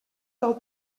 tal